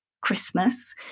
Christmas